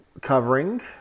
covering